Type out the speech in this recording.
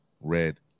Red